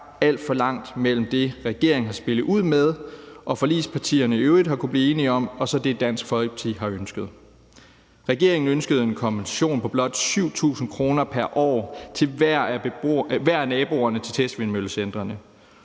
alt for langt mellem det, som regeringen har spillet ud med, og det, som forligspartierne i øvrigt har kunnet blive enige om, og så det, som Dansk Folkeparti har ønsket. Regeringen ønskede en kompensation på blot 7.000 kr. pr. år til hver af naboerne til testvindmøllecentrene.